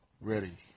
ready